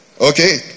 Okay